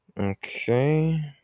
Okay